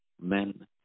men